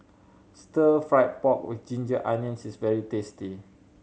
Stir Fry pork with ginger onions is very tasty